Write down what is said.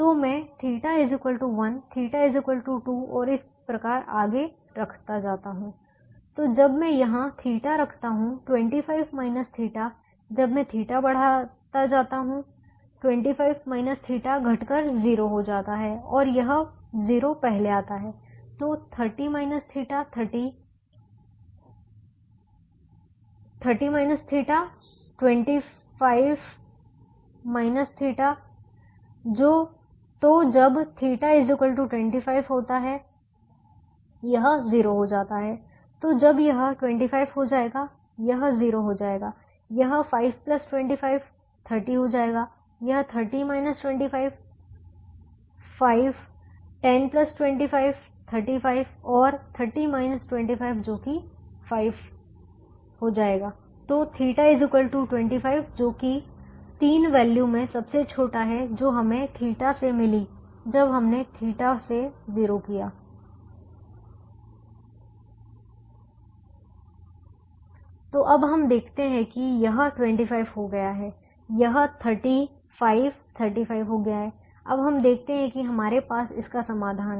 तो मैं θ 1 θ 2 और इस प्रकार आगे रखता जाता हूं तो जब मैं यहां θ रखता हूं 25 θ जब मैं θ बढ़ाता जाता हूं 25 θ घटकर 0 हो जाता है और यह 0 पहले आता है तो 30 θ 30 θ 25 θ तो जब θ 25 होता है यह 0 हो जाता है तो जब यह 25 हो जाएगा यह 0 हो जाएगा यह 5 25 30 हो जाएगा यह 30 25 5 10 25 35 और 30 25 जो कि 5 हो जाएगा तो θ 25 जो कि 3 वैल्यू में से छोटा है जो हमें θ से मिली जब हमने θ से 0 किया तो अब हम देखते हैं कि यह 25 हो गया है यह 30 5 35 हो गया है अब हम देखते हैं कि हमारे पास इसका समाधान है